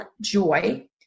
joy